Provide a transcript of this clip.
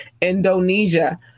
Indonesia